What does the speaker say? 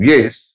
Yes